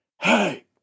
Hey